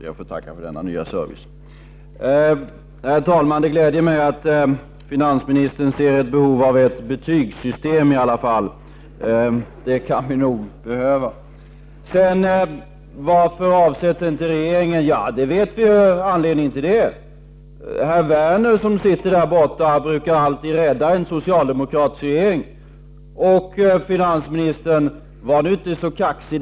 Herr talman! Det gläder mig att finansministern i alla fall anser att det finns behov av ett betygsystem. Det kan vi nog behöva. Varför avsätts inte regeringen? Ja, anledningen känner vi till. Herr Werner här i salen brukar alltid rädda en socialdemokratisk regering. Men finansministern, var inte så kaxig!